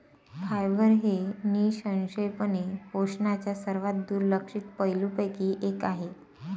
fibre हे निःसंशयपणे पोषणाच्या सर्वात दुर्लक्षित पैलूंपैकी एक आहे